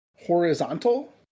horizontal